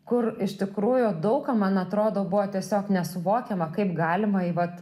kur iš tikrųjų daug ką man atrodo buvo tiesiog nesuvokiama kaip galima į vat